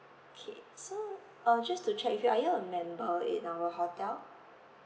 K so uh just to check if you are you a member in our hotel